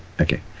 okay